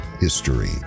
history